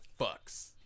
fucks